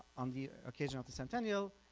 on the occasion of the centennial,